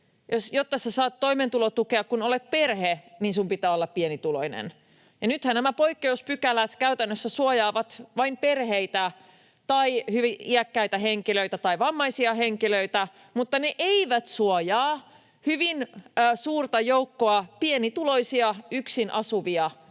Jotta saat toimeentulotukea, kun olet perhe, sinun pitää olla pienituloinen. Nythän nämä poikkeuspykälät käytännössä suojaavat vain perheitä tai hyvin iäkkäitä henkilöitä tai vammaisia henkilöitä, mutta ne eivät suojaa hyvin suurta joukkoa pienituloisia yksin asuvia,